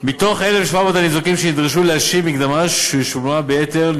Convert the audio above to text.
מתוך 1,700 הניזוקים שנדרשו להשיב מקדמה ששולמה ביתר,